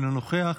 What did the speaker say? אינו נוכח,